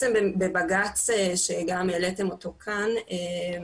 בבג"צ, שגם העליתם אותו כאן,